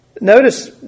Notice